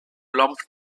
lop